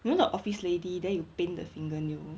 you know the office lady then you paint the fingernail